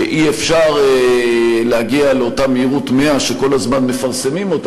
שאי-אפשר להגיע לאותה מהירות 100 שכל הזמן מפרסמים אותה,